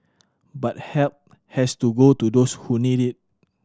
but help has to go to those who need it